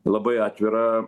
labai atvirą